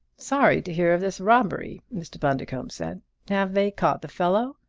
sorry to hear of this robbery! mr. bundercombe said have they caught the fellow?